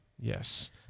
Yes